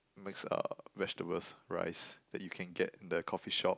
mixed uh vegetables rice that you can get in the coffee shop